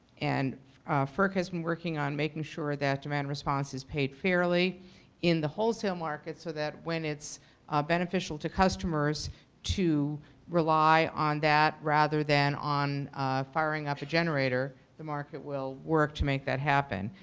and ferc has been working on making sure that demand response is paid fairly in the wholesale market so that when it's beneficial to customers to rely on that rather than on firing up the generator, the market will work to make that happen.